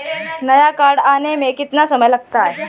नया कार्ड आने में कितना समय लगता है?